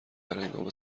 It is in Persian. درهنگام